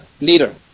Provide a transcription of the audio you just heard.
leader